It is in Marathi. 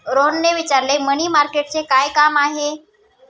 रोहनने विचारले, मनी मार्केटचे काय काम आहे?